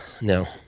No